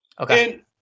Okay